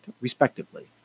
respectively